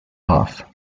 off